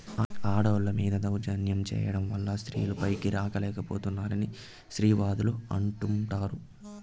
ఆడోళ్ళ మీద దౌర్జన్యం చేయడం వల్ల స్త్రీలు పైకి రాలేక పోతున్నారని స్త్రీవాదులు అంటుంటారు